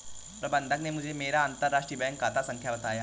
प्रबन्धक ने मुझें मेरा अंतरराष्ट्रीय बैंक खाता संख्या बताया